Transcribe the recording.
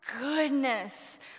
goodness